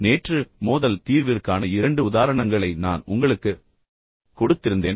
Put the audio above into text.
நேற்று மோதல் தீர்விற்கான இரண்டு உதாரணங்களை நான் உங்களுக்கு கொடுத்திருந்தேன்